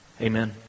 Amen